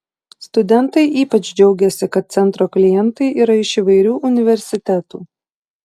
studentai ypač džiaugėsi kad centro klientai yra iš įvairių universitetų